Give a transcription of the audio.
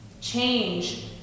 Change